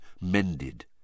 mended